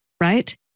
right